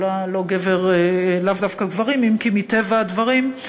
זה לאו דווקא גברים, אם כי מטבע הדברים יש